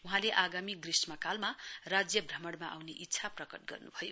वहाँले आगामी ग्रीष्मकालमा राज्य भ्रमणमा आउने इच्छा प्रकट गर्न्भयो